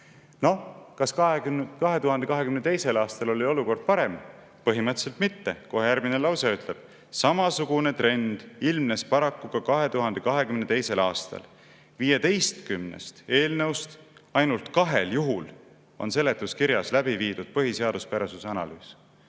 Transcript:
Noh, kas 2022. aastal oli olukord parem? Põhimõtteliselt mitte. Kohe järgmine lause ütleb: "Samasugune trend ilmnes paraku ka 2022. aastal. Viieteistkümnest eelnõust ainult kahel juhul on seletuskirjas läbi viidud põhiseaduspärasuse analüüs."Ehk